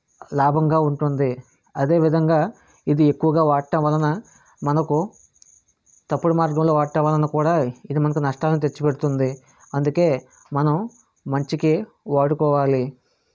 లాభంగా ఉంటుంది అదేవిధంగా ఇది ఎక్కువగా వాడటం వలన మనకు తప్పుడు మార్గంలో వాడటం వలన కూడా ఇది మనకు నష్టాలను తెచ్చిపెడుతుంది అందుకే మనం మంచికే వాడుకోవాలి